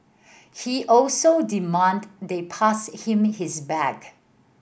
he also demanded they pass him his bag